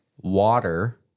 Water